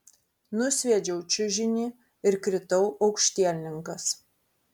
nusviedžiau čiužinį ir kritau aukštielninkas